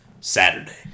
Saturday